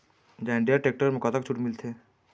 John Deere tractor म कतक छूट मिलथे?